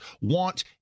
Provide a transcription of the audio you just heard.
want